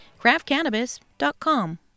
craftcannabis.com